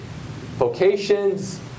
vocations